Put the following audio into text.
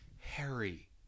Harry